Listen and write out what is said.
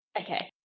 Okay